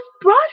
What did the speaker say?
brought